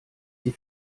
sie